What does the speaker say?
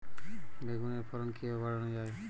বেগুনের ফলন কিভাবে বাড়ানো যায়?